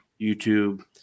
YouTube